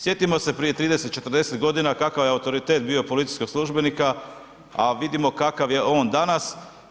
Sjetimo se prije 30, 40 godina kakav je autoritet bio policijskog službenika, a vidimo kakav je on danas.